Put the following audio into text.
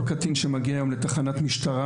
כל קטין שמגיע היום לתחנת משטרה,